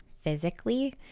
physically